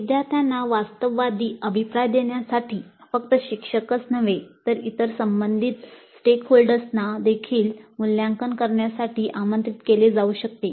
विद्यार्थ्यांना वास्तववादी अभिप्राय देण्यासाठी फक्त शिक्षकच नव्हे तर इतर संबंधित स्टेकहोल्डर्सना देखील मूल्यांकन करण्यासाठी आमंत्रित केले जाऊ शकते